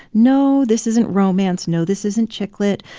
no, this isn't romance no, this isn't chick lit,